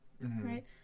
right